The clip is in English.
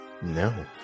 no